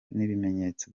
n’ibimenyetso